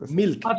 milk